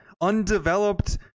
Undeveloped